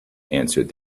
answered